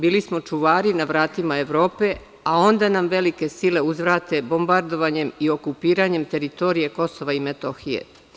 Bili smo čuvari na vratima Evrope, a onda nam velike sile uzvrate bombardovanjem i okupiranjem teritorije Kosova i Metohije.